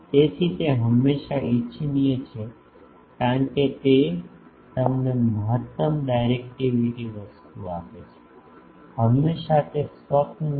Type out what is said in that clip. તેથી તે હંમેશાં ઇચ્છનીય છે કારણ કે તે તમને મહત્તમ ડાયરેક્ટિવિટી વસ્તુ આપે છે હંમેશા તે સ્વપ્ન છે